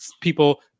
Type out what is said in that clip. people